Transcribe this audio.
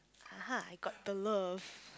(uh huh) I got the love